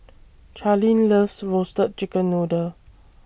Charline loves Roasted Chicken Noodle